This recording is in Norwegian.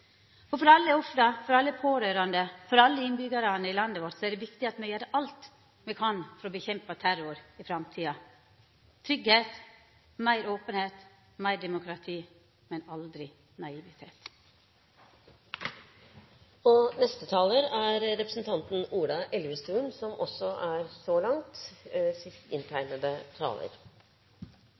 For alle ofra, for alle pårørande, for alle innbyggjarane i landet vårt er det viktig at me gjer alt me kan for å kjempa mot terror i framtida. Tryggleik, meir openheit, meir demokrati – men aldri naivitet. Den 22. juli ble vi utsatt for et terrorangrep med en grusomhet som